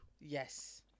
Yes